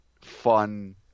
fun